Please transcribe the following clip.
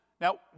Now